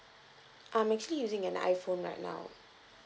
I'm actually using an iphone right now